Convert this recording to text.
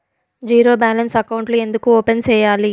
zero balance అకౌంట్లు ఎందుకు open సేయాలి